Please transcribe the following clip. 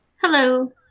hello